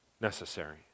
necessary